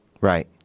Right